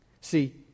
See